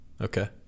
okay